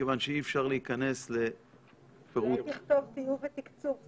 מכיוון שאי-אפשר להיכנס לפירוט --- אולי תכתוב: טיוב ותקצוב.